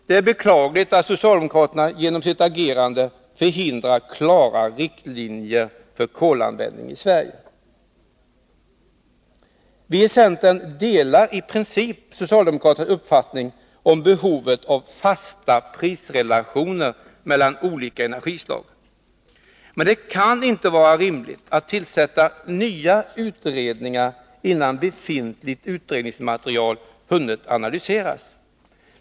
Det är beklagligt att socialdemokraterna genom sitt agerande förhindrat klara riktlinjer för kolanvändningen i Sverige. Viicentern delari princip socialdemokraternas uppfattning om behovet av fasta prisrelationer mellan olika energislag, men det kan inte vara rimligt att tillsätta nya utredningar innan befintligt utredningsmaterial hunnit analyseras.